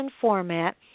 format